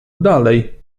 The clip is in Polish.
dalej